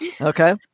Okay